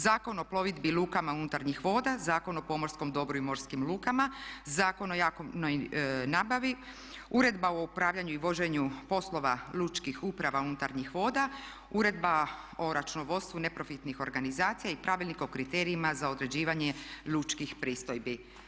Zakon o plovidbi lukama unutarnjih voda, Zakon o pomorskom dobru i morskim lukama, Zakon o javnoj nabavi, Uredba o upravljanju i voženju poslova lučkih uprava unutarnjih voda, Uredba o računovodstvu neprofitnih organizacija i Pravilnik o kriterijima za određivanje lučkih pristojbi.